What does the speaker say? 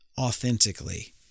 authentically